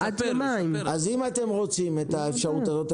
אם אתם רוצים את האפשרות הזאת,